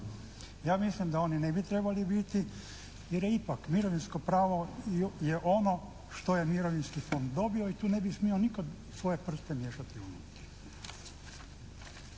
Ja mislim da oni ne bi trebali biti jer je ipak mirovinsko pravo je ono što je mirovinski fond dobio i tu ne bi nitko smio svoje prste miješati unutra.